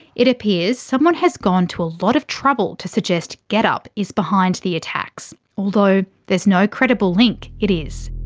it appears someone has gone to a lot of trouble to suggest getup is behind the attacks, although there's no credible link it is.